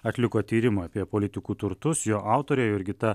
atliko tyrimą apie politikų turtus jo autorė jurgita